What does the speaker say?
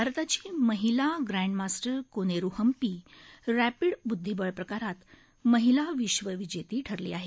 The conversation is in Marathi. भारताची महिला ग्रँडमास्टर कोनेरू हंपी रॅपिड ब्रद्विबळ प्रकारात महिला विश्वविजेती ठरली आहे